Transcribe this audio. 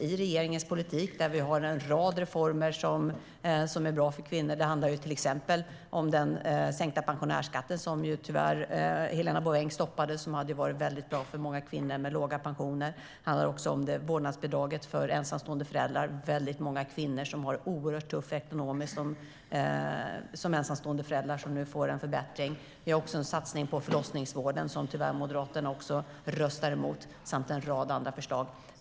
I regeringens politik ingår en rad reformer som är bra för kvinnor. Det handlar till exempel om den sänkta pensionsskatten, som ju tyvärr Helena Bouvengs parti stoppade. Det hade varit väldigt bra för många kvinnor med låga pensioner. Det handlar också om vårdnadsbidraget för ensamstående föräldrar. Det är många kvinnor som har det oerhört tufft ekonomiskt som ensamstående föräldrar. De får nu en förbättring. Vi gör också en satsning på förlossningsvården som Moderaterna tyvärr röstade emot. Vi hade också en rad andra förslag.